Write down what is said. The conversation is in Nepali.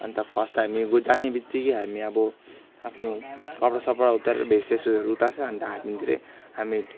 अन्त फर्स्ट त हामी गु जानेबित्तिकै हामी अब आफ्नो कपडासपडा उतारेर भेस्टसेस्टहरू उतार्छौँ अन्त हाफ्पेन्टतिरै हामी